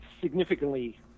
significantly